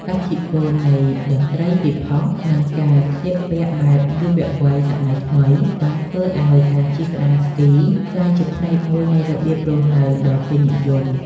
ឥទ្ធិពលនៃតន្ត្រីហ៊ីបហប និងការស្លៀកពាក់បែបយុវវ័យសម័យថ្មី បានធ្វើឱ្យការជិះក្ដារស្គីក្លាយជាផ្នែកមួយនៃរបៀបរស់នៅដ៏ពេញនិយម។